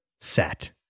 Set